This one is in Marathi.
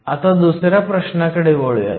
आता दुसऱ्या प्रश्नाकडे वळूयात